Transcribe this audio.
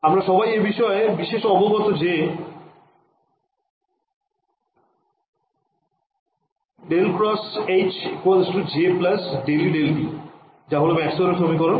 আমরা সবাই এ বিষয়ে বিশেষ অবগত যে ∇× H J ∂E∂t যা হল ম্যাক্সওয়েল এর সমীকরণ